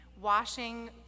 washing